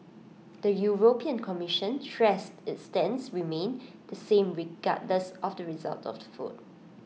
the european commission stressed its stance remained the same regardless of the result of the vote